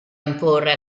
imporre